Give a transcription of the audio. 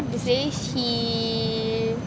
how to say he